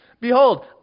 Behold